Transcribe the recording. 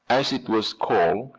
as it was called,